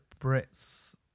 Brits